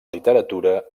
literatura